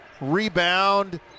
rebound